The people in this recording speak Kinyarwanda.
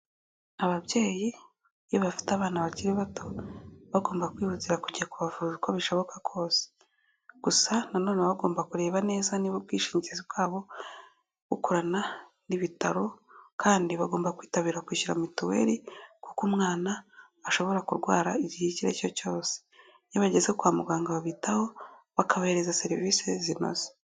Ababyeyi iyo bafite abana bakiri bato, baba bagomba kwihutira kujya kubavura uko bishoboka kose. Gusa nanone baba bagomba kureba neza niba ubwishingizi bwabo bukorana n'ibitaro, kandi bagomba kwitabira kwishyura mituweli kuko umwana ashobora kurwara igihe icyo ari cyo cyose. Iyo bageze kwa muganga babitaho bakabahereza serivisi zinoze.